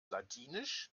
ladinisch